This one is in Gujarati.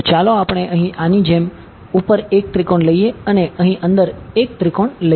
તો ચાલો આપણે અહીં આની જેમ અહીં ઉપર એક ત્રિકોણ લઈએ અને અહીં અંદર 1 ત્રિકોણ લઈએ